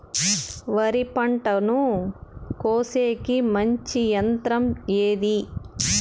వరి పంటను కోసేకి మంచి యంత్రం ఏది?